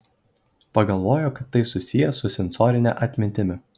pagalvojo kad tai susiję su sensorine atmintimi